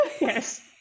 Yes